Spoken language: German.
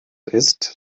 ist